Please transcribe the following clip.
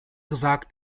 gesagt